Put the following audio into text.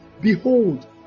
Behold